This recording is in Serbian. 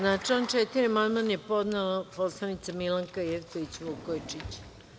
Na član 4. amandman je podnela poslanica Milanka Jevtović Vukojičić.